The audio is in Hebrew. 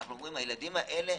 הילדים האלה,